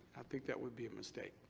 i think that would be a mistake.